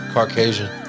Caucasian